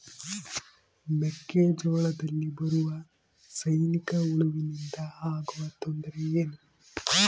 ಮೆಕ್ಕೆಜೋಳದಲ್ಲಿ ಬರುವ ಸೈನಿಕಹುಳುವಿನಿಂದ ಆಗುವ ತೊಂದರೆ ಏನು?